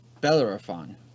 Bellerophon